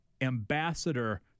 ambassador